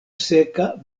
seka